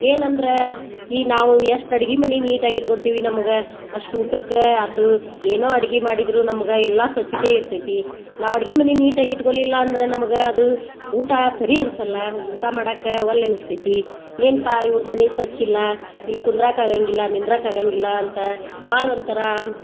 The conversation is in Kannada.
ಏನಂದ್ರ ಈ ನಾವು ಎಷ್ಟ್ ಅಡ್ಗಿ ಮನಿ ನೀಟಾಗ್ ಇಟ್ಕೊಂತಿವಿ ನಮ್ಗ ಅಷ್ಟ್ ಊಟಕ್ಕ ಆತು ಏನೋ ಅಡ್ಗಿ ಮಾಡಿದ್ರು ನಮ್ಗ ಎಲ್ಲಾ ಸ್ವಚ್ಚತೆ ಇರ್ತೈತಿ ನಾವು ಅಡ್ಗಿ ಮನೆ ನೀಟಾಗಿ ಇಟ್ಕೊಲಿಲ್ಲಾ ಅಂದ್ರೆ ನಮ್ಗೆ ಅದು ಊಟ ಸರಿ ಅನ್ಸಲ್ಲ ಊಟ ಮಾಡಕ್ಕೆ ಒಲ್ಲೆ ಅನ್ತೈತಿ ಏನ್ಪಾ ಇವ್ರ ಮನೆ ಸ್ವಚ್ಛಿಲ್ಲ ಇಲ್ಲ ಕುಂದ್ರಾಕೆ ಆಗಂಗಿಲ್ಲ ನಿಂದ್ರಾಕ ಆಗಂಗಿಲ್ಲ ಅಂತ ಭಾಳ ಒಂಥರ